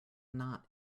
not